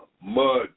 mud